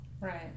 Right